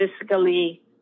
physically